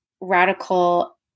radical